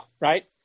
right